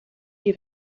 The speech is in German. die